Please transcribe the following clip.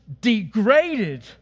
degraded